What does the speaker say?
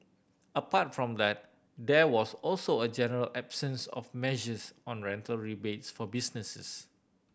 apart from that there was also a general absence of measures on rental rebates for businesses